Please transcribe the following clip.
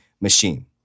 machine